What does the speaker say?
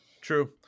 True